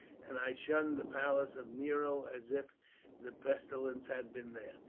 and i shunned the palace of nero as if the pestilence had been there.